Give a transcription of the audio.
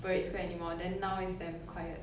parade square anymore then now is damn quiet